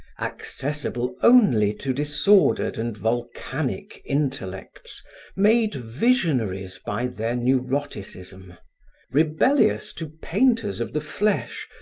accessible only to disordered and volcanic intellects made visionaries by their neuroticism rebellious to painters of the flesh,